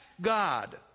God